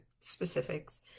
specifics